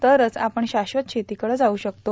तरंच आपण शाश्वत शेतीकडं जाऊ शकतो